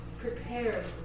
prepares